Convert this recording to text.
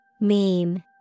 Meme